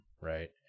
right